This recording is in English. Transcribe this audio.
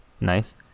nice